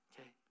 Okay